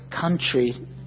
country